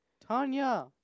Tanya